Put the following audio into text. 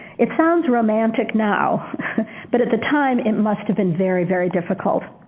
it sounds romantic now but at the time it must have been very, very difficult.